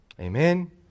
Amen